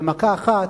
במכה אחת,